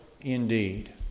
indeed